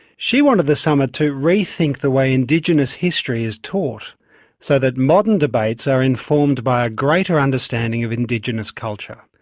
she wanted the summit to rethink the way indigenous history is taught so that modern debates are informed by a greater understanding of indigenous culture.